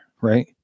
right